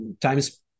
times